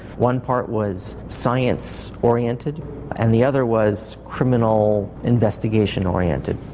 one part was science oriented and the other was criminal investigation oriented.